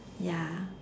ya